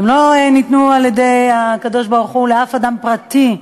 הם לא ניתנו על-ידי הקדוש-ברוך-הוא לאף אדם פרטי,